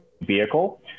vehicle